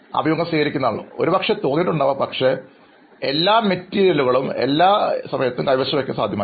അഭിമുഖം സ്വീകരിക്കുന്നയാൾ ഒരുപക്ഷേ തോന്നിയിട്ടുണ്ടാവാം പക്ഷേ എല്ലാ മെറ്റീരിയലുകൾ എല്ലായിപ്പോഴും കൈവശം വയ്ക്കുന്നത് സാധ്യമല്ല